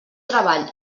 treball